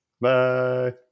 Bye